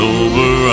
over